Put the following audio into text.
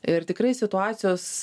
ir tikrai situacijos